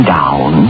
down